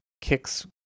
kicks